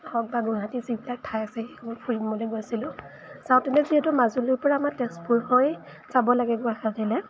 হওক বা গুৱাহাটী যিবিলাক ঠাই আছে সেইসমূহ ফুৰিম বুলি গৈছিলোঁ চাওঁতেনে যিহেতু মাজুলীৰপৰা আমাৰ তেজপুৰ হৈ যাব লাগে গুৱাহাটীলৈ